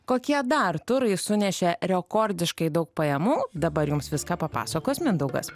kokie dar turai sunešė rekordiškai daug pajamų dabar jums viską papasakos mindaugas